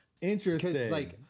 Interesting